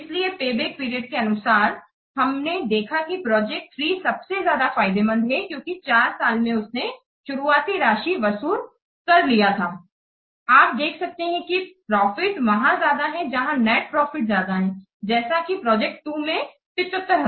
इसलिए payback period के अनुसार हमने देखा कि प्रोजेक्ट 3 सबसे ज्यादा फ़ायदेमंद है क्योंकि 4 साल में उसने शुरुआती राशि वसूल कर लिया था आप देख सकते हैं की प्रॉफिट वहां ज्यादा है जहां नेट प्रॉफिट ज्यादा है जैसे कि प्रोजेक्ट 2 में वह 75 है